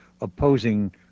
opposing